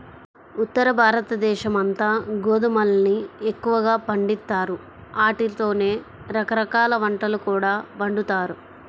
ఉత్తరభారతదేశమంతా గోధుమల్ని ఎక్కువగా పండిత్తారు, ఆటితోనే రకరకాల వంటకాలు కూడా వండుతారు